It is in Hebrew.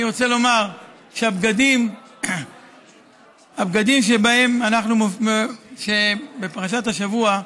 אני רוצה לומר שהבגדים, הבגדים שבפרשת השבוע,